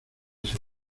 ese